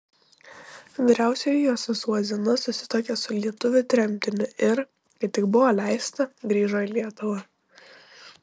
vyriausioji jos sesuo zina susituokė su lietuviu tremtiniu ir kai tik buvo leista grįžo į lietuvą